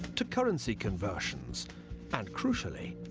to currency conversions and, crucially,